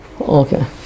okay